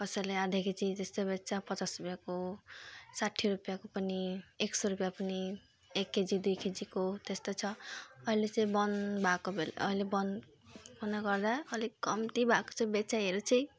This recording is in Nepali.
कसैले यहाँदेखि चिज यस्तो बेच्छ पचास रुपियाँ पावा साठी रुपियाँको पनि एक सौ रुपियाँ पनि एक केजी दुई केजीको त्यस्तो छ अहिले चाहिँ बन्द भएको बेला अहिले बन्द हुनाले गर्दा अलिक कम्ती भएको चाहिँ बेचाइहरू चाहिँ